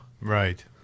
Right